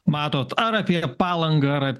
matot ar apie palangą ar